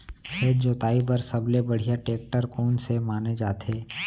खेत जोताई बर सबले बढ़िया टेकटर कोन से माने जाथे?